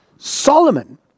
Solomon